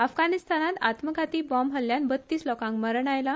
अफगाणिस्तानात आत्मघाती बाँब हल्ल्यात बत्तीस लोकांक मरण आयला